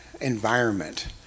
environment